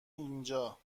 اینجا